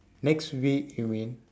next week you mean